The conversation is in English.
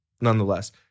nonetheless